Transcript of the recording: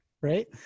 right